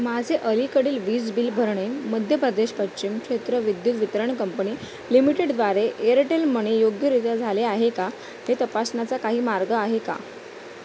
माझे अलीकडील वीज बिल भरणे मध्य प्रदेश पश्चिम क्षेत्र विद्युत वितरण कंपणी लिमिटेडद्वारे एअरटेल मणी योग्यरित्या झाले आहे का हे तपासण्याचा काही मार्ग आहे का